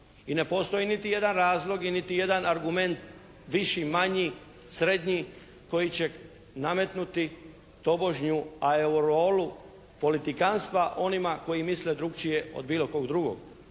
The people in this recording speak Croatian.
I ne postoji niti jedan razlog i niti jedan argument viši, manji, srednji koji će nametnuti tobožnju aureolu politikantstva onima kojima misle drukčije od bilo kog drugog.